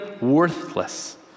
worthless